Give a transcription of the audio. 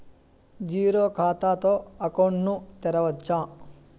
Zero ఖాతా తో account ను తెరవచ్చా?